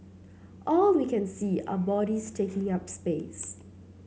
all we can see are bodies taking up space